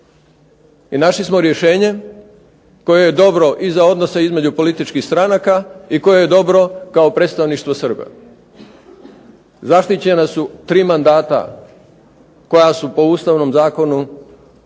I našli smo rješenje koje je dobro i za odnose između političkih stranaka i koje je dobro kao predstavništvo Srba. Zaštićena su tri mandata koja su po ustavnom zakonu